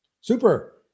Super